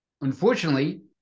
unfortunately